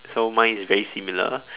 so mine is very similar